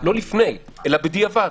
לא לפני אלא בדיעבד.